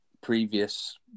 previous